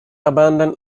abandoned